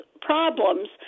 problems